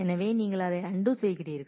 எனவே நீங்கள் அதை அன்டூ செய்கிறீர்கள்